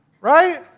right